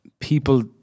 people